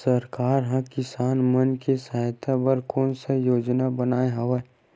सरकार हा किसान मन के सहायता बर कोन सा योजना बनाए हवाये?